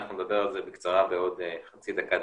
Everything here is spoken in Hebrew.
שנדבר על זה בקצרה בעוד חצי דקה.